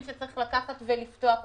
שצריך לפתוח אותם.